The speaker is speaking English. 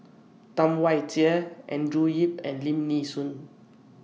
Tam Wai Jia Andrew Yip and Lim Nee Soon